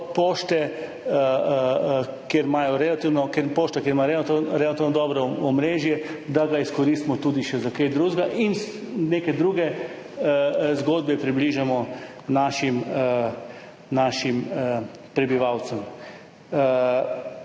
poštah, ki imajo relativno dobro omrežje, to izkoristimo tudi še za kaj drugega in neke druge zgodbe približamo našim prebivalcem.